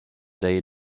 day